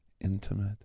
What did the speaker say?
intimate